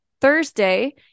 Thursday